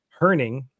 herning